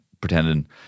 Pretending